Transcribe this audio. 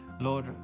Lord